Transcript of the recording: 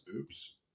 Oops